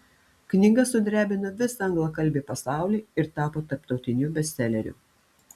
knyga sudrebino visą anglakalbį pasaulį ir tapo tarptautiniu bestseleriu